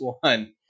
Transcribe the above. one